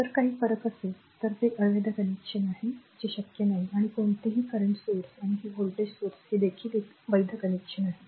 जर काही फरक असेल तर ते अवैध कनेक्शन आहे जे शक्य नाही आणि कोणतेही current स्त्रोत आणि हे व्होल्टेज स्त्रोत हे देखील एक वैध कनेक्शन आहे